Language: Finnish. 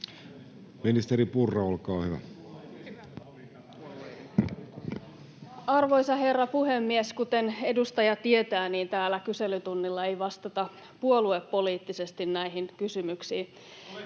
Ministeri Purra, olkaa hyvä. Arvoisa herra puhemies! Kuten edustaja tietää, niin täällä kyselytunnilla ei vastata puoluepoliittisesti näihin kysymyksiin.